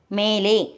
மேலே